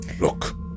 Look